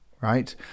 right